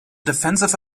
defensive